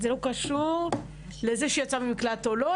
זה לא קשור לזה שהיא יצאה ממקלט או לא,